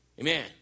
Amen